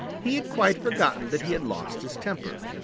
he had quite forgotten that he had lost his temper.